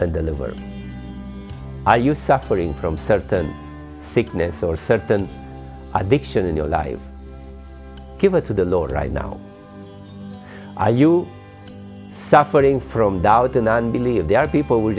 and deliver are you suffering from certain sickness or certain addiction in your life give it to the lord right now are you suffering from dollar to none believe there are people w